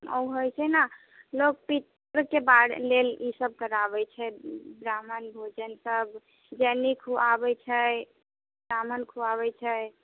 ओ होइ छै ने लोक पितरके लेल ईसब कराबै छै ब्राह्मण भोजन सब खुआबै छै ब्राह्मण खुआबै छै